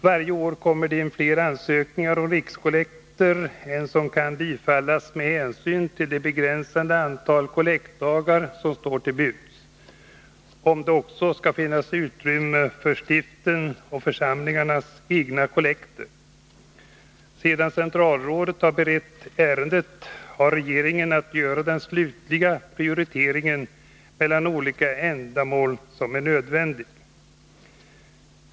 Varje år kommer det in fler ansökningar om rikskollekter än som kan bifallas med hänsyn till det begränsade antal kollektdagar som står till buds, om det också skall finnas utrymme för stiftens och församlingarnas egna kollekter. Sedan centralrådet har berett ärendet, har regeringen att göra den slutliga prioritering mellan olika ändamål som är nödvändig.